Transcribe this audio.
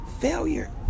failure